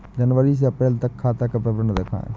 जनवरी से अप्रैल तक का खाता विवरण दिखाए?